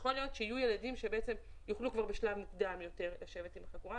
יכול להיות שיהיו ילדים שיוכלו כבר בשלב מוקדם יותר לשבת עם החגורה,